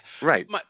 Right